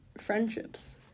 friendships